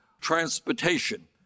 transportation